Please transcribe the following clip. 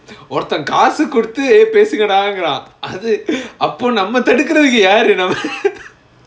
ஒருத்தன் காசு குடுத்து பேசமாட்டேங்குறான் அது அபோ நம்ம தடுக்குறதுக்கு யாரு நம்ம:oruthan kaasu kuduthu pesamaatenguraan athu appo namma thadukurathukku yaaru namma